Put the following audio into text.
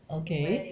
okay